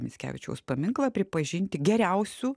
mickevičiaus paminklą pripažinti geriausiu